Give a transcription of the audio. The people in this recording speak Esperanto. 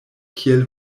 kiel